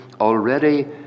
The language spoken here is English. already